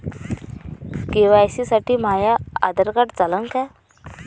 KYC साठी माह्य Aadhaar card चालन का?